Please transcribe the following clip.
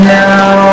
now